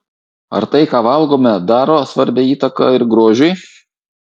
ar tai ką valgome daro svarbią įtaką ir grožiui